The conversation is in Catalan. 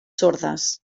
sordes